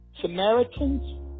Samaritans